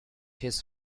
his